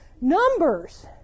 Numbers